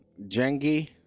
Jengi